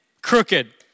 crooked